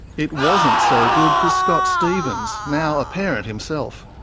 it wasn't so good for scott stephens, now a parent himself.